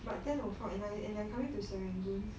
but ten o'clock and they are coming to serangoon